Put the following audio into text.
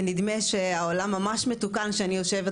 ונדמה שהעולם ממש מתוכן שאני יושבת